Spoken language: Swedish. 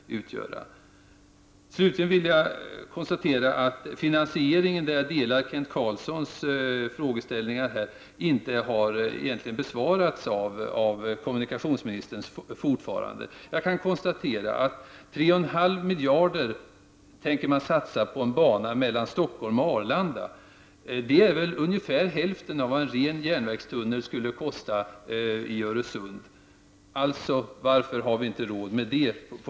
Slutligen konstaterar jag att jag delar Kent Carlssons synpunkt att finan sieringsfrågan egentligen inte har besvarats av kommunikationsministern. Man tänker satsa 3,5 miljarder kronor på en bana mellan Stockholm och Arlanda. Det är alltså hälften av vad en ren järnvägstunnel i Öresund skulle kosta. Varför har vi inte råd med det?